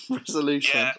resolution